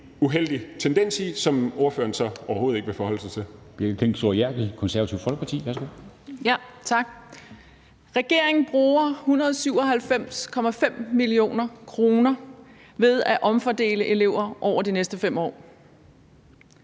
uheldig tendens i, som ordføreren så overhovedet ikke vil forholde sig til.